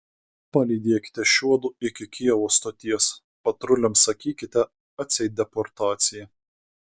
palydėkite šiuodu iki kijevo stoties patruliams sakykite atseit deportacija